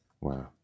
Wow